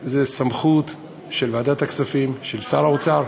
סמכות של ועדת הכספים, של שר האוצר.